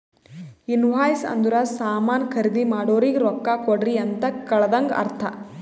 invoice ಅಂದುರ್ ಸಾಮಾನ್ ಖರ್ದಿ ಮಾಡೋರಿಗ ರೊಕ್ಕಾ ಕೊಡ್ರಿ ಅಂತ್ ಕಳದಂಗ ಅರ್ಥ